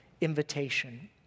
invitation